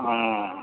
हँ